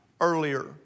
earlier